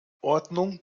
ordnung